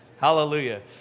Hallelujah